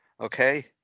okay